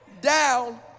down